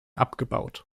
abgebaut